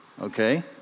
okay